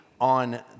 on